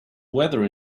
weather